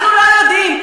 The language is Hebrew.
אנחנו לא יודעים.